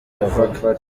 bavuga